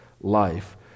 life